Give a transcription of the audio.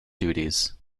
duties